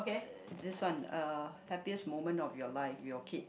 uh this one uh happiest moment of your life your kid